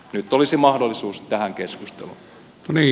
nyt olisi mahdollisuus tähän keskusteluun